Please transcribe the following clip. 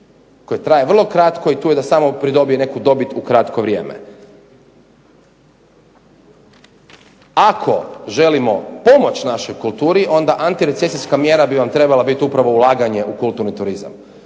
koji traje vrlo kratko i tu je da samo pridobije neku dobi u kratko vrijeme. Ako želimo pomoći našoj kulturi, onda antirecesijska mjera bi vam trebala biti upravo ulaganje u kulturni turizam.